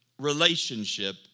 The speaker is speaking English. relationship